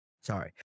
Sorry